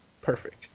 perfect